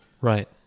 Right